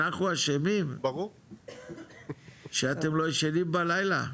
אנחנו אשמים שאתם לא ישנים בלילה?